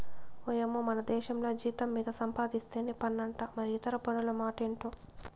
ఓయమ్మో మనదేశంల జీతం మీద సంపాధిస్తేనే పన్నంట మరి ఇతర పన్నుల మాటెంటో